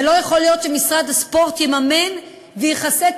ולא יכול להיות שמשרד הספורט יממן ויכסה את